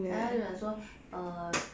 然后它就讲说 err